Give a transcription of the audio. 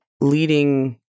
leading